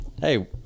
hey